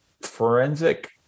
forensic